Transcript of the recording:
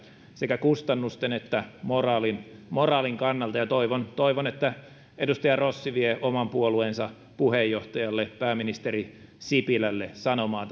sekä kustannusten että moraalin moraalin kannalta toivon toivon että edustaja rossi vie oman puolueensa puheenjohtajalle pääministeri sipilälle sanomaa